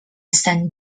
sant